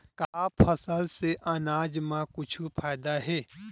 का फसल से आनाज मा कुछु फ़ायदा हे?